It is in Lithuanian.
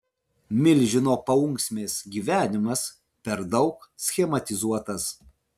milžino paunksmės gyvenimas per daug schematizuotas